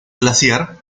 glaciar